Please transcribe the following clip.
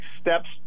steps